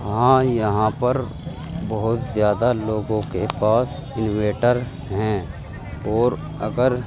ہاں یہاں پر بہت زیادہ لوگوں کے پاس انویٹر ہیں اور اگر